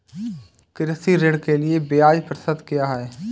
कृषि ऋण के लिए ब्याज प्रतिशत क्या है?